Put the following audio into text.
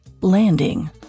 landing